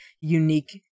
unique